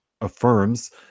affirms